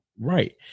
Right